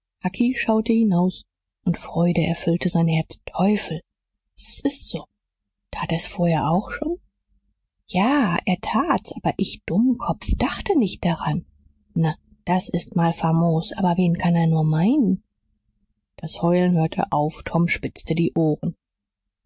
schaute hinaus und freude erfüllte sein herz teufel s ist so tat er's vorher auch schon ja er tat's aber ich dummkopf dachte nicht daran na das ist mal famos aber wen kann er nur meinen das heulen hörte auf tom spitzte die ohren